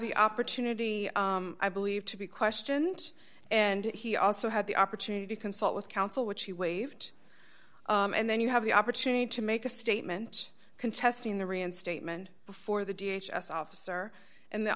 the opportunity i believe to be questioned and he also had the opportunity to consult with counsel which he waived and then you have the opportunity to make a statement contesting the reinstatement before the d h s s officer and the